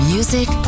Music